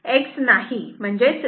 तर तिथे X नाही